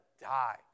die